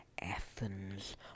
Athens